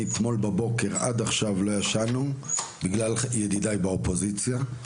מאתמול בבוקר עד עכשיו לא ישנו בגלל ידידיי באופוזיציה.